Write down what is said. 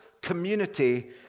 community